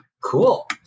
cool